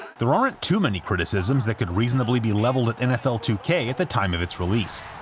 there aren't too many criticisms that could reasonably be leveled at nfl two k at the time of its release.